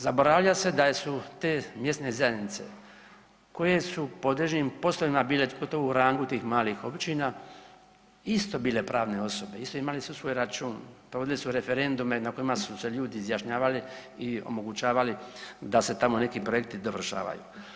Zaboravlja se da su te mjesne zajednice koje su po određenim poslovima bile gotovo u rangu tih malih općina isto bile pravne osobe, isto su imale svoj račun, provodile su referendume na kojima su se ljudi izjašnjavali i omogućavali da se tamo neki projekti dovršavaju.